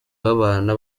babana